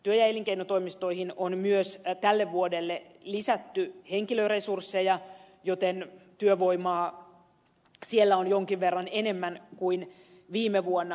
työ ja elinkeinotoimistoihin on myös tälle vuodelle lisätty henkilöresursseja joten työvoimaa siellä on jonkin verran enemmän kuin viime vuonna